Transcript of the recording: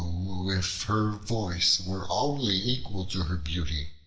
oh, if her voice were only equal to her beauty,